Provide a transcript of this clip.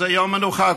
זה יום מנוחה,